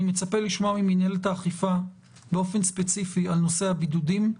אני מצפה לשמוע ממנהלת האכיפה באופן ספציפי על נושא הבידודים,